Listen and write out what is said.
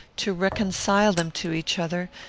to reconcile them to each other,